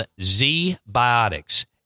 Z-Biotics